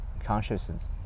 consciousness